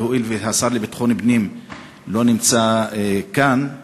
אבל הואיל והשר לביטחון פנים לא נמצא כאן,